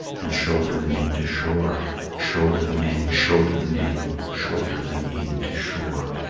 and shoulder them in to shore shoulder them in, shoulder them in, shoulder them in to shore.